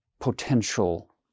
potential